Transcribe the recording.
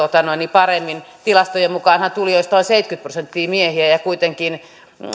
paremmin tilastojen mukaanhan tulijoista seitsemänkymmentä prosenttia on miehiä ja ja kuitenkin